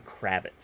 kravitz